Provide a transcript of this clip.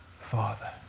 father